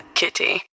kitty